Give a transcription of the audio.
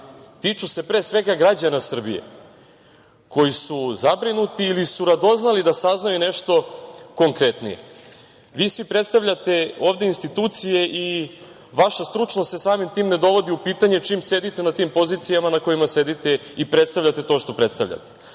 tiču se pre svega građana Srbije koji su zabrinuti ili su radoznali da saznaju nešto konkretnije. Vi svi predstavljate ovde institucije i vaša stručnost se samim tim ne dovodi u pitanje čim sedite na tim pozicijama na kojima sedite i predstavljate to što predstavljate,